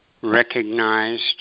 recognized